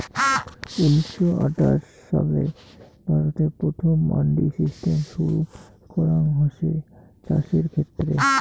উনিশশো আটাশ ছালে ভারতে প্রথম মান্ডি সিস্টেম শুরু করাঙ হসে চাষের ক্ষেত্রে